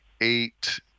eight